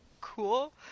cool